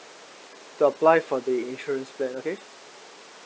to apply for the insurance plan okay